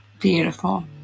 Beautiful